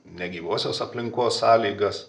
negyvosios aplinkos sąlygas